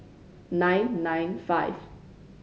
nine nine five